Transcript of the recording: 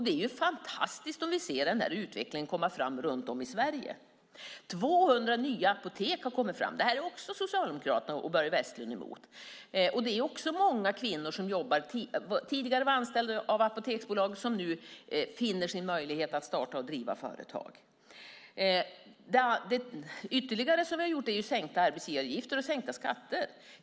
Det är ju fantastiskt när vi ser denna utveckling runt om i Sverige. 200 nya apotek har kommit till. Det är Socialdemokraterna och Börje Vestlund också emot. Det är också många kvinnor som tidigare var anställda av Apoteksbolaget som nu finner sin möjlighet att starta och driva företag. Ytterligare åtgärder som vi har vidtagit är sänkta arbetsgivaravgifter och sänkta skatter.